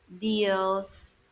deals